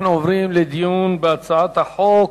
אנחנו עוברים לדיון בהצעת החוק.